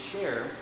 share